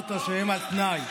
אמרת שהם על תנאי,